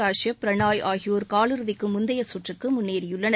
கஷ்யப் பிரனாய் ஆகியோர் காலிறுதிக்கு முந்தைய சுற்றுக்கு முன்னேறியுள்ளனர்